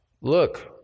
look